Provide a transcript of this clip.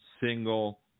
single